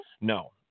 No